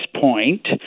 point